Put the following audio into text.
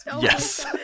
Yes